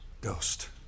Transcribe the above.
Ghost